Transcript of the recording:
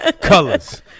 colors